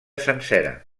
sencera